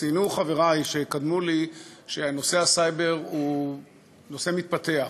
ציינו חברי שקדמו לי שנושא הסייבר הוא נושא מתפתח.